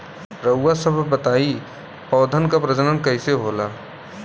रउआ सभ बताई पौधन क प्रजनन कईसे होला?